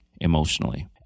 emotionally